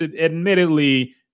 admittedly